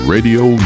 Radio